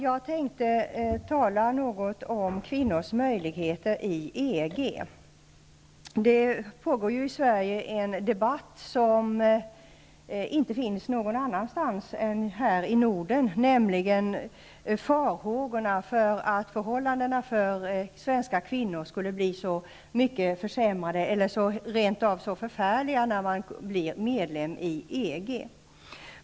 Jag tänkte tala något om kvinnors möjligheter i EG. Det förs ju i Sverige en debatt som inte förs någon annanstans än här i Norden, och man hyser farhågor för att förhållandena för svenska kvinnor skulle bli försämrade, eller rent av förfärliga, när man blir medlem i EG.